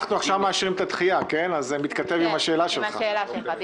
אנחנו מאשרים את הדחייה וזה מתכתב עם השאלה שלך.